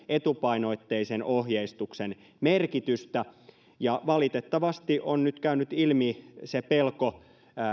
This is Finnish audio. etupainotteisen ohjeistuksen merkitystä valitettavasti on nyt käynyt ilmi se pelko